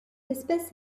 espèce